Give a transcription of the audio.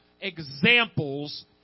examples